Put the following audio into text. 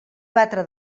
batre